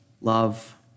love